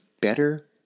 better